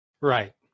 Right